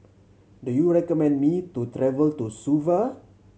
do you recommend me to travel to Suva